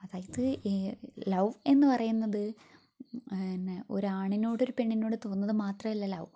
അതായത് ഈ ലൗ എന്നു പറയുന്നത് പിന്നെ ഒരു ആണിനോടൊരു പെണ്ണിനോട് തോന്നുന്നത് മാത്രമല്ല ലൗ